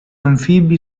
anfibi